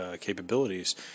capabilities